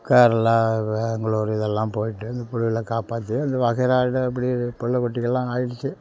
கேரளா பேங்களூர் இதெல்லாம் போய்ட்டு இந்த பிள்ளைவளோ காப்பாற்றி இந்த வகைறாவில் இப்படி பிள்ள குட்டிகள்லாம் ஆகிடுச்சு